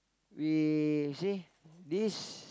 we you see this